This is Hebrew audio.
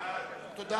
סעיף 28, לשנת 2009,